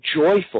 joyful